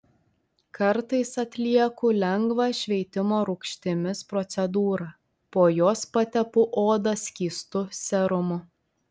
kartais atlieku lengvą šveitimo rūgštimis procedūrą po jos patepu odą skystu serumu